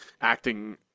acting